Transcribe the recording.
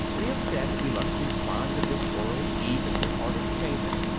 we have said we must be fond of this world, even in order to change it.